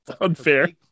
unfair